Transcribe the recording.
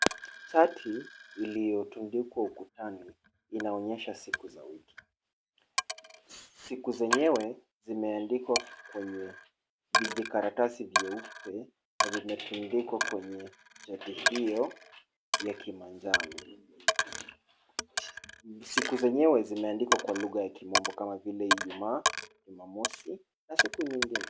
Chati iliyotundikwa ukutani inaonyesha siku za wiki. Siku zenyewe zimeandikwa kwenye vijikaratasi vyeupe na vimetundikwa kwenye chati hiyo ya kimanjano. Siku zenyewe zimeandikwa kwa lugha ya kimombo kama vile Ijumaa, Jumamosi na siku nyingine.